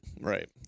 right